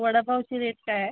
वडापावची rate काय आहे